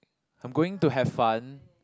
I'm going to have fun